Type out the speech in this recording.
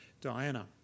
Diana